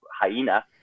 hyena